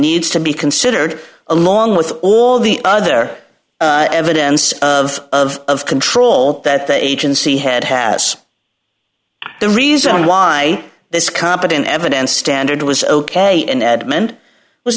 needs to be considered along with all the other evidence of control that the agency had has the reason why this competent evidence standard was ok in edmond was